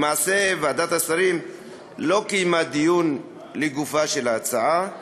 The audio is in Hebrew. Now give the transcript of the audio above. למעשה, ועדת השרים לא קיימה דיון לגופה של ההצעה,